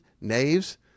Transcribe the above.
Knaves